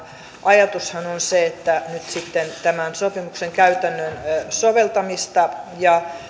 ajatushan on se että tämän sopimuksen käytännön soveltamista ja